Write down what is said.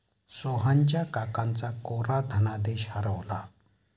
सोहनच्या काकांचा कोरा धनादेश हरवला